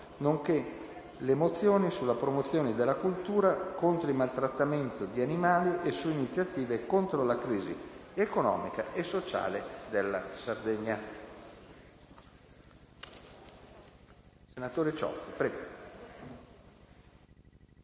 nonché le mozioni sulla promozione della cultura contro i maltrattamenti di animali e su iniziative contro la crisi economica e sociale della Sardegna. **Programma